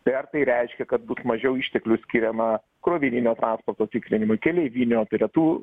tai ar tai reiškia kad bus mažiau išteklių skiriama krovininio transporto tikrinimui keleivinio tai yra tų